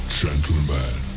gentlemen